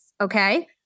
Okay